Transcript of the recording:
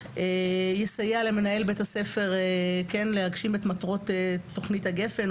יסייע למנהל בית הספר להגשים את מטרות תכנית הגפ"ן,